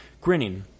grinning